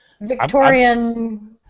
Victorian